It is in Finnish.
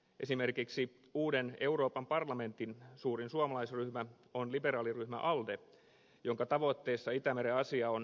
esimerkiksi uuden euroopan parlamentin suurin suomalaisryhmä on liberaaliryhmä alde jonka tavoitteissa itämeren asia on erittäin korkealla